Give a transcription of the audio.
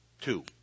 two